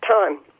time